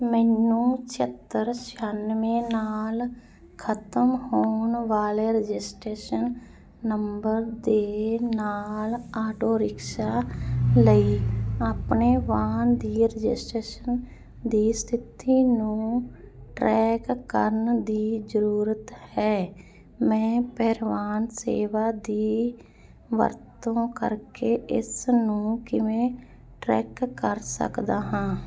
ਮੈਨੂੰ ਛਿਹੱਤਰ ਛਿਆਨਵੇਂ ਨਾਲ ਖਤਮ ਹੋਣ ਵਾਲੇ ਰਜਿਸਟ੍ਰੇਸ਼ਨ ਨੰਬਰ ਦੇ ਨਾਲ ਆਟੋ ਰਿਕਸ਼ਾ ਲਈ ਆਪਣੇ ਵਾਹਨ ਦੀ ਰਜਿਸਟ੍ਰੇਸ਼ਨ ਦੀ ਸਥਿਤੀ ਨੂੰ ਟਰੈਕ ਕਰਨ ਦੀ ਜ਼ਰੂਰਤ ਹੈ ਮੈਂ ਪਰਿਵਾਹਨ ਸੇਵਾ ਦੀ ਵਰਤੋਂ ਕਰਕੇ ਇਸ ਨੂੰ ਕਿਵੇਂ ਟਰੈਕ ਕਰ ਸਕਦਾ ਹਾਂ